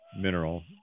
mineral